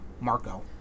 Marco